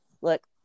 look